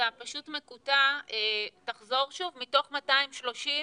פשוט מקוטע, תחזור שוב, מתוך 230?